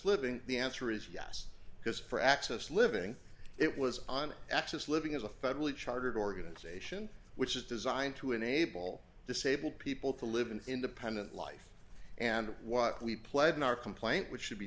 living the answer is yes because for access living it was on access living as a federally chartered organization which is designed to enable disabled people to live an independent life and what we played in our complaint which should be